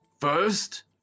First